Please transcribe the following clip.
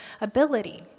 ability